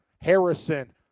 Harrison